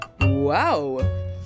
Wow